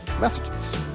messages